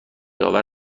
آور